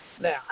Now